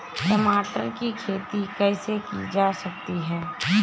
टमाटर की खेती कैसे की जा सकती है?